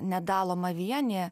nedalomą vienį